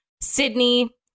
Sydney